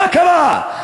מה קרה?